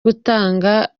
gutanga